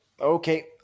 okay